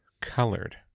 colored